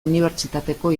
unibertsitateko